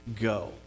go